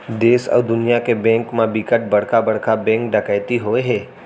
देस अउ दुनिया के बेंक म बिकट बड़का बड़का बेंक डकैती होए हे